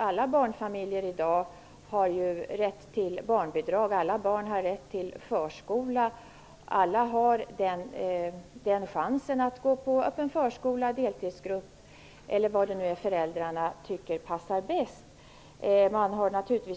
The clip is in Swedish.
Alla barnfamiljer i dag har ju rätt till barnbidrag, och alla barn har rätt till förskola och chans att gå på öppen förskola, deltidsgrupp eller vad föräldrarna tycker passar bäst.